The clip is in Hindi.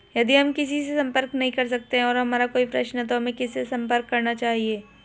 यदि हम किसी से संपर्क नहीं कर सकते हैं और हमारा कोई प्रश्न है तो हमें किससे संपर्क करना चाहिए?